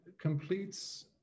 completes